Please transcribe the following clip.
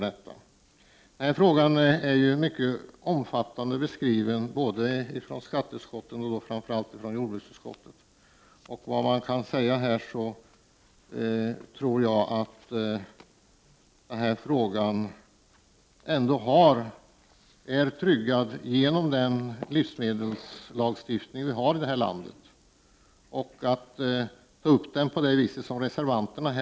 Denna fråga är mycket omfattande beskriven av både skatteutskottet och framför allt jordbruksutskottet. Jag tror att den här frågan är tryggad genom den livsmedelslagstiftning vi har i det här landet. Att det skulle finnas anledning att beröra frågan på det sätt som reservanterna = Prot.